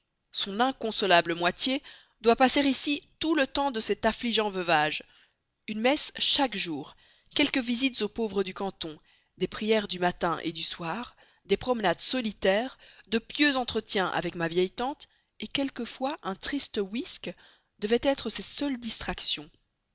son inconsolable moitié doit passer ici tout le temps de cet affligeant veuvage une messe chaque jour quelques visites aux pauvres du canton des prières du matin au soir des promenades solitaires de pieux entretiens avec ma vieille tante quelquefois un triste wist devaient être ses seules distractions